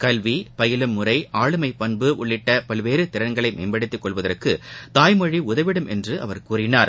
கல்வி பயிலும் முறை ஆளுமை பண்பு உள்ளிட்ட பல்வேறு திறன்களை மேம்படுத்தி கொள்வதற்கு தாய்மொழி உதவிடும் என்று அவர் கூறினார்